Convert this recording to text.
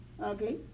okay